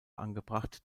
angebracht